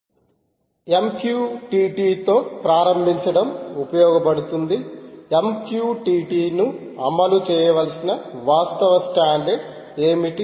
standards and security in MQ T T MQTT తో ప్రారంభించడం ఉపయోగపడుతుంది MQTT ను అమలు చేయవలసిన వాస్తవ స్టాండర్డ్ ఏమిటి